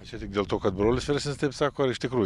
ar čia tik dėl to kad brolis vyresnis taip sako ar iš tikrųjų